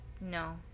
No